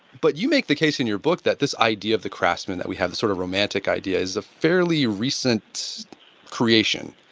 but you make the case in your book that this idea of the craftsman that we have sort of romantic idea is a fairly recent creation.